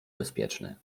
bezpieczny